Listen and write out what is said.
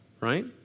Right